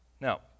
Now